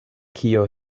kio